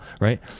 right